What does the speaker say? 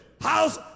House